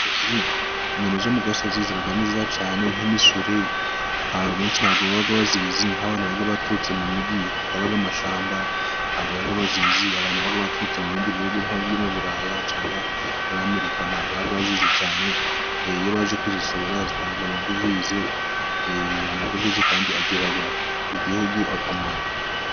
Inyoni zo mu gasozi ziba ni cyane nk'imisuri. Abantu benshi ntabwo baba bazizi nk'abantu baba baturutse mu migi hataba amashamba ntabwo baba bazizi. Abantu baba baturutse mu bindi bihugu nku Buraya cyangwa muri Amerika ntabwo baba bazizi cyane. Iyo baje kuzisura zitanga amadovize. Amadovize kandi agirira Igihugu akamaro.